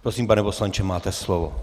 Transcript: Prosím, pane poslanče, máte slovo.